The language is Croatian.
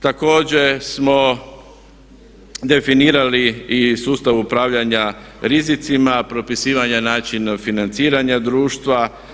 Također smo definirali i sustav upravljanja rizicima, propisivanja načina financiranja društva.